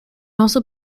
also